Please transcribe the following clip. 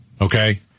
okay